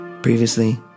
Previously